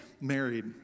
married